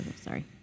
sorry